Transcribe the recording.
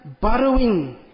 borrowing